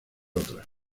otras